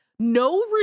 no